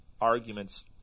arguments